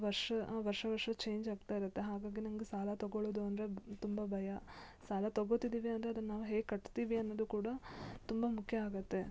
ವರ್ಷ ವರ್ಷ ವರ್ಷ ಚೇಂಜ್ ಆಗ್ತಾ ಇರುತ್ತೆ ಹಾಗಾಗಿ ನಂಗೆ ಸಾಲ ತಗೊಳ್ಳೋದು ಅಂದರೆ ಬ್ ತುಂಬ ಭಯ ಸಾಲ ತಗೊತಿದ್ದೀವಿ ಅಂದರೆ ಅದನ್ನು ನಾವು ಹೇಗೆ ಕಟ್ತೀವಿ ಅನ್ನೋದು ಕೂಡ ತುಂಬ ಮುಖ್ಯ ಆಗುತ್ತೆ